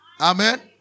Amen